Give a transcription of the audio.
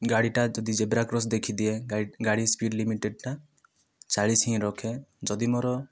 ଗାଡ଼ିଟା ଯଦି zebra cross ଦେଖିଦିଏ ଗାଡ଼ି ସ୍ପୀଡ଼୍ ଲିମିଟଟା ଚାଳିଶ ହିଁ ରଖେ ଯଦି ମୋର